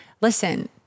Listen